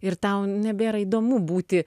ir tau nebėra įdomu būti